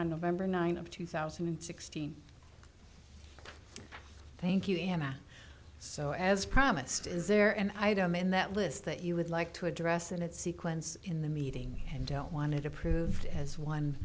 on november ninth of two thousand and sixteen thank you ana so as promised is there an item in that list that you would like to address and it sequence in the meeting and don't want it approved as one